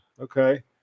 okay